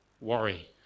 worry